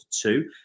two